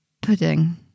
pudding